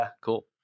cool